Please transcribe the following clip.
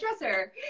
dresser